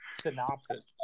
Synopsis